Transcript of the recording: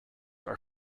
are